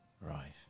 Right